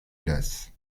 glace